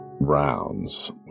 Rounds